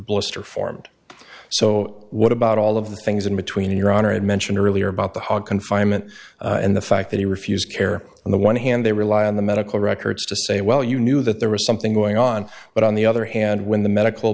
blister formed so what about all of the things in between in your honor i had mentioned earlier about the hog confinement and the fact that he refused care on the one hand they rely on the medical records to say well you knew that there was something going on but on the other hand when the medical